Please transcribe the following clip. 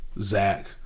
Zach